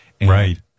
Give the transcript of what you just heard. Right